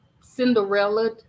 Cinderella